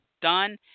done